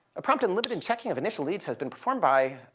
a prompt and limited checking of initial leads has been performed by